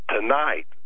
tonight